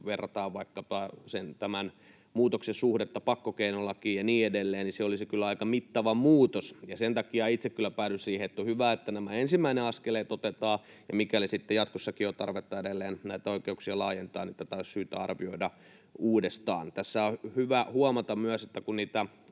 verrataan vaikkapa tämän muutoksen suhdetta pakkokeinolakiin ja niin edelleen, olisi kyllä aika mittava muutos. Ja sen takia itse kyllä päädyn siihen, että on hyvä, että nämä ensimmäiset askeleet otetaan, ja mikäli sitten jatkossakin on tarvetta edelleen näitä oikeuksia laajentaa, niin tätä olisi syytä arvioida uudestaan. Tässä on hyvä huomata myös — niitä